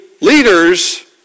leaders